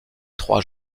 trois